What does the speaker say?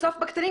בסוף בקטנים,